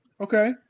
okay